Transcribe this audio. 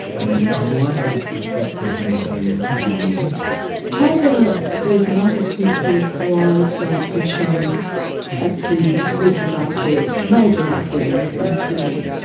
and and why has that person been in the news? tyza is an artist whose work was going to be shown at the recent art fair, a major art fair in in sydney.